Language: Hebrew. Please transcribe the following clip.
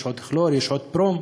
יש עוד כלור, יש עוד ברום.